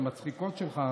המצחיקות שלך,